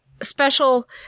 special